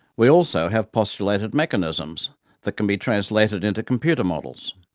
we also have postulated mechanisms that can be translated into computer models.